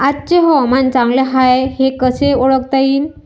आजचे हवामान चांगले हाये हे कसे ओळखता येईन?